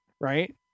right